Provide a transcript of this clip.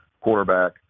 quarterback